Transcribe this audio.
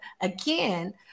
again